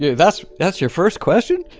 yeah that's that's your first question?